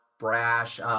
Brash